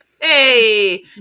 Hey